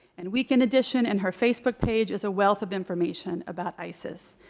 and weekend edition. and her facebook page is a wealth of information about isis.